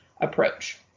approach